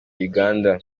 uganda